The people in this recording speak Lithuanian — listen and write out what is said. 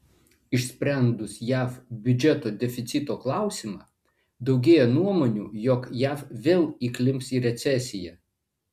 išsprendus jav biudžeto deficito klausimą daugėja nuomonių jog jav vėl įklimps į recesiją